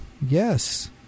Yes